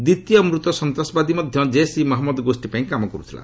ଦ୍ୱିତୀୟ ମୂତ ସନ୍ତ୍ରାସବାଦୀ ମଧ୍ୟ ଜୈସ୍ ଇ ମହମ୍ମଦ ଗୋଷୀ ପାଇଁ କାମ କରୁଥିଲା